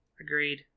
Agreed